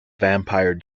vampire